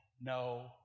no